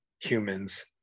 humans